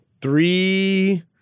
three